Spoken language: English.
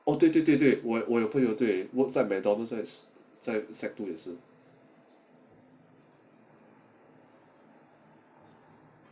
oh 对对对对我我有朋友对 works at Mcdonald yes 在 secondary two 也是